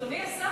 אדוני השר,